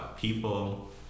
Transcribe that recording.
people